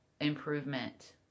improvement